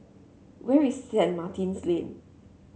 where is St Martin's Lane